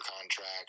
contract